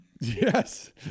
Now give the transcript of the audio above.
yes